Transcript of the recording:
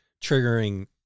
triggering